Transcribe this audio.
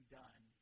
done